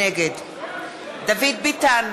נגד דוד ביטן,